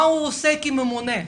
מה הוא עושה כממונה?